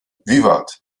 wiwat